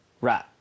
Right